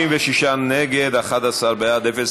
אני מבקש לשבת,